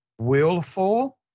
willful